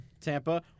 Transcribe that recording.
Tampa